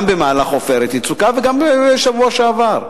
גם במהלך "עופרת יצוקה" וגם בשבוע שעבר.